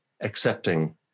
accepting